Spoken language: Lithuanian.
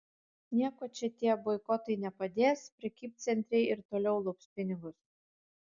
nieko čia tie boikotai nepadės prekybcentriai ir toliau lups pinigus